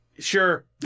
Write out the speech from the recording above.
Sure